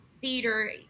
theater